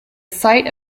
site